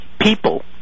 people